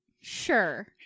Sure